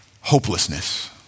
Hopelessness